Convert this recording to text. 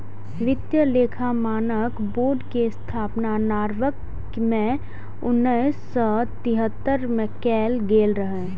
वित्तीय लेखा मानक बोर्ड के स्थापना नॉरवॉक मे उन्नैस सय तिहत्तर मे कैल गेल रहै